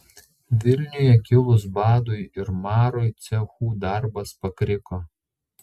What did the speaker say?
vilniuje kilus badui ir marui cechų darbas pakriko